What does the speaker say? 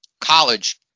college